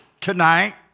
tonight